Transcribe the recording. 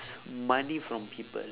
money from people